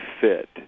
fit